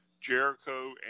Jericho